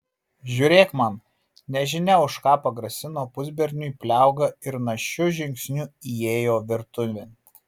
žiūrėk man nežinia už ką pagrasino pusberniui pliauga ir našiu žingsniu įėjo virtuvėn